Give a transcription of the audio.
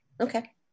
Okay